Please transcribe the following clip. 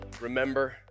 remember